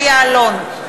משה יעלון,